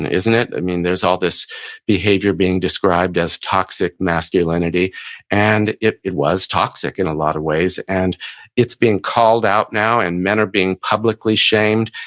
and isn't it? there's all this behavior being described as toxic masculinity and it it was toxic in a lot of ways. and it's being called out now and men are being publicly shamed.